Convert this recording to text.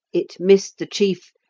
it missed the chief,